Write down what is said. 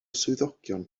swyddogion